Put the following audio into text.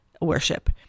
worship